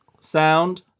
sound